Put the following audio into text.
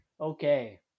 Okay